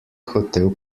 hotel